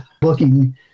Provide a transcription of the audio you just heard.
booking